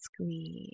squeeze